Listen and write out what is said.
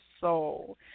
soul